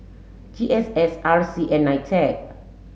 G S S R C and NITEC